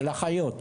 של אחיות,